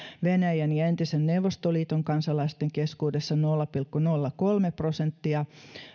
venäjän ja entisen neuvostoliiton kansalaisten keskuudessa nolla pilkku nolla kolme prosenttia